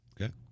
Okay